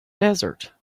desert